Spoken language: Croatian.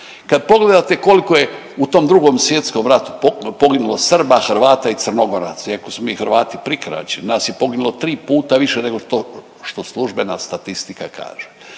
kad pogledate kolko je u tom Drugom svjetskom ratu poginulo Srba, Hrvata i Crnogoraca iako smo mi Hrvati prikraćeni, nas je poginulo tri puta više nego što službena statistika kaže,